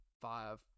five